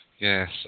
Yes